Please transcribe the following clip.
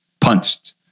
punched